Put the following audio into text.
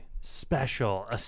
special